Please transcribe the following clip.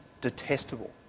detestable